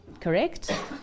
correct